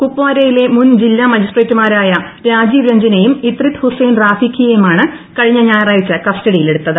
കുപ്വാരയിലെ മുൻ ജില്ലാ മജിസ്ട്രേട്ടുമാരായ രാജീവ് രഞ്ജനേയും ഇത്രിത് ഹുസൈൻ റാഫിഖിയേയുമാണ് കഴിഞ്ഞ ഞായറാഴ്ച കസ്റ്റഡിയിലെടുത്തത്